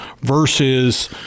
versus